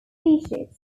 featured